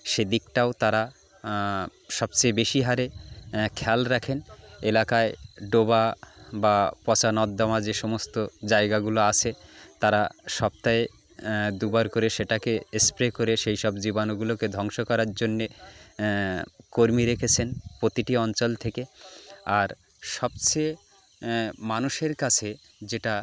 সেদিকটাও তারা সবচেয়ে বেশি হারে খেয়াল রাখেন এলাকায় ডোবা বা পচা নর্দমা যে সমস্ত জায়গাগুলো আছে তারা সপ্তাহে দুবার করে সেটাকে স্প্রে করে সেই সব জীবাণুগুলোকে ধ্বংস করার জন্যে কর্মী রেখেছেন প্রতিটি অঞ্চল থেকে আর সবচেয়ে মানুষের কাছে যেটা